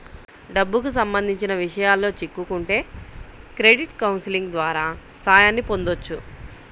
డబ్బుకి సంబంధించిన విషయాల్లో చిక్కుకుంటే క్రెడిట్ కౌన్సిలింగ్ ద్వారా సాయాన్ని పొందొచ్చు